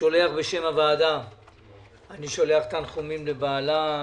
ובשם הוועדה אני שולח תנחומים לבעלה,